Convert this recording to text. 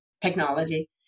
technology